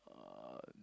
uh